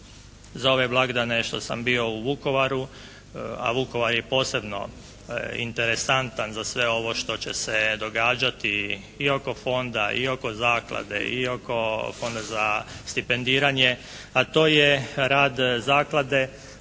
za ove blagdane što sam bio u Vukovaru, a Vukovar je posebno interesantan za sve ovo što će se događati i oko fonda i oko zaklade i oko Fonda za stipendiranje, a to je rad zaklade,